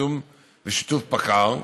בתיאום ובשיתוף של פקע"ר,